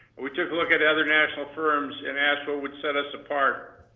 we took a look at other national firms and asked what would set us apart.